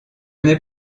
n’est